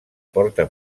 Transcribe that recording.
porta